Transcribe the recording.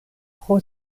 pro